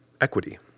equity